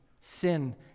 sin